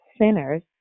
sinners